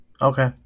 Okay